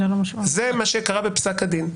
זה מה שקרה בפסק הדין.